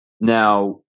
Now